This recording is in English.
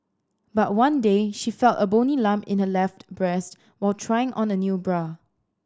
but one day she felt a bony lump in her left breast while trying on a new bra